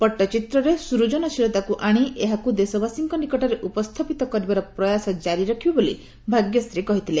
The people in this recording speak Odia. ପଟ୍ଟଚିତ୍ରରେ ନୃତନ ସୂଜନଶୀଳତା ଆଣି ଏହାକୁ ଦେଶବାସୀଙ୍କ ନିକଟରେ ଉପସ୍ଥ୍ୟପିତ କରିବାର ପ୍ରୟାସ ଜାରି ରଖିବେ ବୋଲି ଭାଗ୍ୟଶ୍ରୀ କହିଥିଲେ